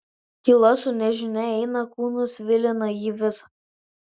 tyla su nežinia eina kūnu svilina jį visą